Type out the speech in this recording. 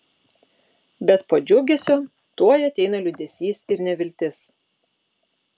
bet po džiugesio tuoj ateina liūdesys ir neviltis